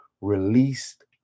released